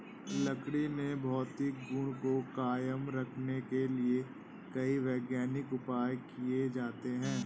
लकड़ी के भौतिक गुण को कायम रखने के लिए कई वैज्ञानिक उपाय किये जाते हैं